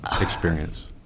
experience